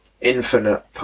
infinite